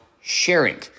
sharing